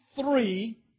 three